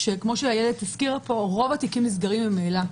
וכמו שאיילת הזכירה פה, רוב התיקים נסגרים ממילא.